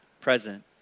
present